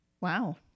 Wow